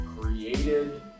created